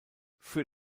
für